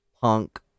Punk